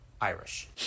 Irish